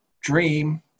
dream